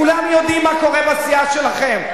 כולם יודעים מה קורה בסיעה שלכם,